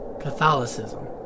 Catholicism